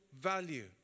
value